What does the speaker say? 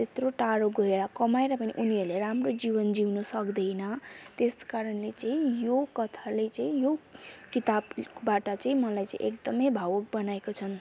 त्यत्रो टाडो गएर कमाएर पनि उनीहरूले राम्रो जीवन जिउनु सक्दैन त्यसकारणले चाहिँ यो कथाले चाहिँ यो किताबबाट चाहिँ मलाई चाहिँ एकदमै भावुक बनाएको छन्